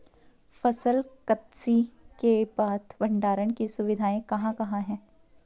फसल कत्सी के बाद भंडारण की सुविधाएं कहाँ कहाँ हैं?